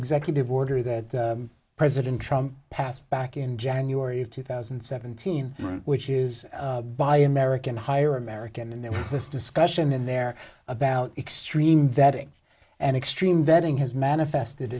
executive order that president trump passed back in january of two thousand and seventeen which is by american higher american and there was this discussion in there about extreme vetting and extreme vetting has manifested